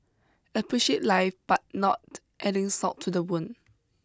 appreciate life but not adding salt to the wound